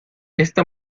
esta